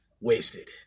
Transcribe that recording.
Wasted